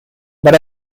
but